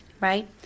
right